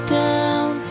down